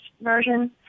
version